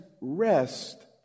rest